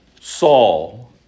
Saul